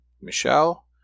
Michelle